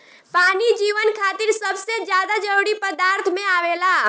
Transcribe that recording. पानी जीवन खातिर सबसे ज्यादा जरूरी पदार्थ में आवेला